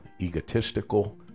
egotistical